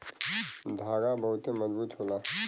धागा बहुते मजबूत होला